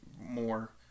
more